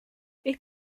ich